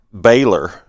Baylor